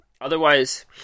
Otherwise